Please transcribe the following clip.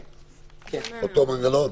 אותו מנגנון?